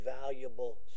valuable